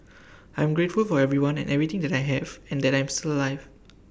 I am grateful for everyone and everything that I have and that I am still alive